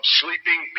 sleeping